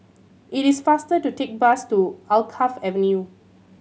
it is faster to take bus to Alkaff Avenue